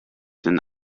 den